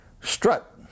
strut